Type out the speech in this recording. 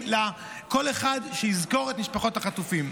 שכל אחד יזכור את משפחות החטופים.